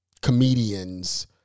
comedians